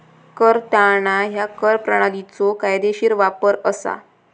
कर टाळणा ह्या कर प्रणालीचो कायदेशीर वापर असा